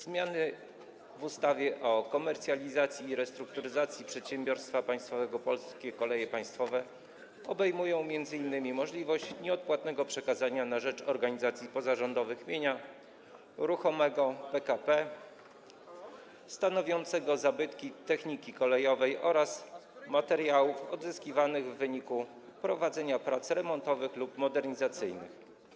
Zmiany w ustawie o komercjalizacji i restrukturyzacji przedsiębiorstwa państwowego „Polskie Koleje Państwowe” obejmują m.in. wprowadzenie możliwości nieodpłatnego przekazania na rzecz organizacji pozarządowych mienia ruchomego PKP stanowiącego zabytki techniki kolejowej oraz materiałów odzyskiwanych w wyniku prowadzenia prac remontowych lub modernizacyjnych.